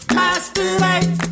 masturbate